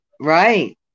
Right